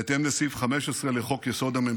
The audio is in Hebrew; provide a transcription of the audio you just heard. בהתאם לסעיף 15 לחוק-יסוד: